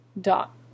dot